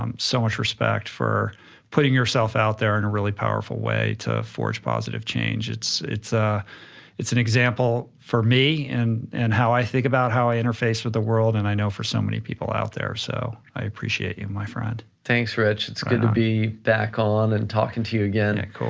um so much respect for putting yourself out there in a really powerful way to forge positive change. it's it's ah an example for me and and how i think about how i interface with the world, and i know for so many people out there, so i appreciate you my friend. thanks, rich. it's good to be back on and talking to you again. and cool.